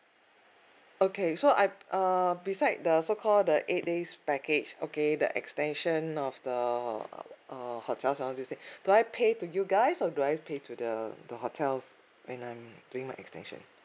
okay so I err beside the so called the eight days package okay the extension of the uh hotels and all these things do I pay to you guys or do I pay to the the hotels when I'm doing my extension